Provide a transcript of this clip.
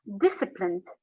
disciplined